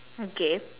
okay